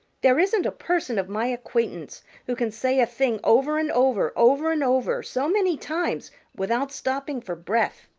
there isn't a person of my acquaintance who can say a thing over and over, over and over, so many times without stopping for breath.